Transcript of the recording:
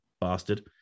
bastard